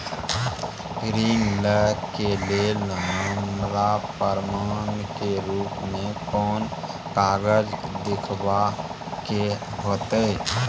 ऋण लय के लेल हमरा प्रमाण के रूप में कोन कागज़ दिखाबै के होतय?